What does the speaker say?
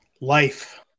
life